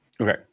Okay